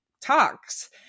talks